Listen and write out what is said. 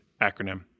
Acronym